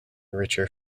richer